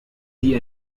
die